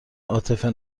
عاطفه